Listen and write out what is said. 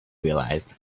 realized